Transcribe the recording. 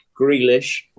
Grealish